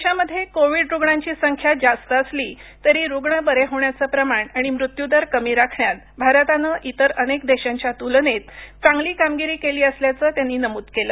देशामध्ये कोविड रुग्णांची संख्या जास्त असली तरी रुग्ण बरे होण्याचं प्रमाण आणि मृत्यू दर कमी राखण्यात भारतानं इतर अनेक देशांच्या तूलनेत चांगली कामगिरी केली असल्याचं त्यांनी नमूद केलं